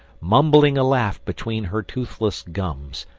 mumbling a laugh between her toothless gums,